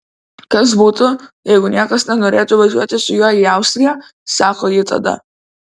kas būtų jeigu niekas nenorėtų važiuoti su juo į austriją sako ji tada